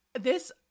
This-